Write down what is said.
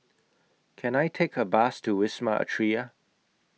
Can I Take A Bus to Wisma Atria